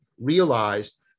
realized